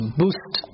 boost